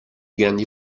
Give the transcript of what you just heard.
grandi